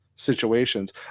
situations